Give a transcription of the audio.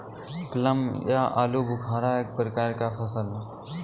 plum या आलूबुखारा एक प्रकार का फल है